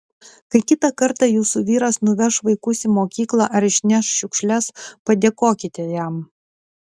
kai kitą kartą jūsų vyras nuveš vaikus į mokyklą ar išneš šiukšles padėkokite jam